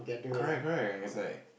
correct correct is like